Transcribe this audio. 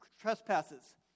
trespasses